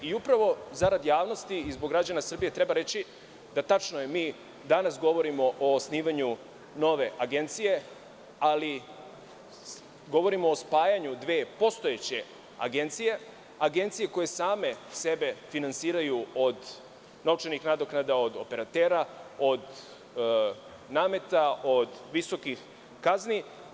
Upravo zarad javnosti i zbog građana Srbije treba reći – tačno je, mi danas govorimo o osnivanju nove agencije, ali govorimo o spajanju dve postojeće agencije, agencije koje same sebe finansiraju od novčanih nadoknada, od operatera, od nameta, od visokih kazni.